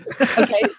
Okay